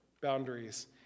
boundaries